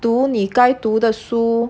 读你该读的书